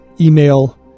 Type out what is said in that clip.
email